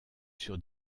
sur